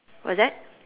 what's that